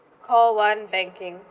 call one banking